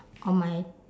on my